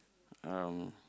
um